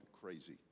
crazy